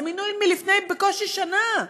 זה מינוי מלפני בקושי שנה,